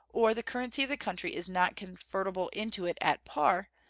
or the currency of the country is not convertible into it at par,